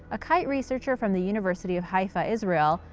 a kite researcher from the university of haifa, israel,